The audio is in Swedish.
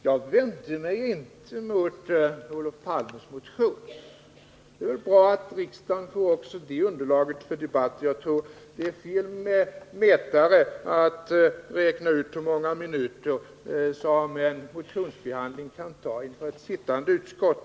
Jag vände mig inte mot Olof Palmes motion. Det är väl bra att riksdagen får också det underlaget för debatt. Och det är fel värdemätare att räkna ut hur många minuter som en motionsbehandling tar inför ett sittande utskott.